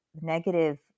negative